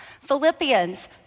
Philippians